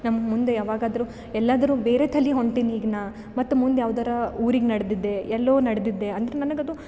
ನಮ್ಗೆ ಮುಂದೆ ಯಾವಾಗಾದರು ಎಲ್ಲಾದರೂ ಬೇರೆ ತಲಿ ಹೊಂಟೀನಿ ಈಗ ನಾ ಮತ್ತು ಮುಂದೆ ಯಾವುದಾರ ಊರಿಗೆ ನಡ್ದಿದೆ ಎಲ್ಲೋ ನಡ್ದಿದ್ದೆ ಅಂತ ನನಗೆ ಅದು